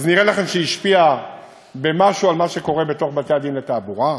אז נראה לכם שזה השפיע במשהו על מה שקורה בתוך בתי-הדין לתעבורה,